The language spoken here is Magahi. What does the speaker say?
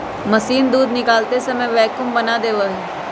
मशीन दूध निकालते समय वैक्यूम बना देवा हई